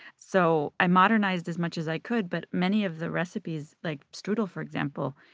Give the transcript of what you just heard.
so i modernized as much as i could. but many of the recipes like strudel, for example,